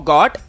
God